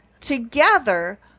Together